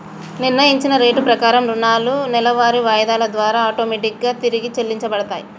నిర్ణయించిన రేటు ప్రకారం రుణాలు నెలవారీ వాయిదాల ద్వారా ఆటోమేటిక్ గా తిరిగి చెల్లించబడతయ్